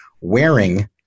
wearing